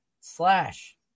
slash